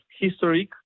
historic